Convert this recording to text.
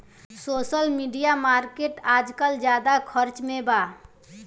social media marketing आजकल ज्यादा चर्चा में बा